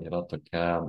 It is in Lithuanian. yra tokia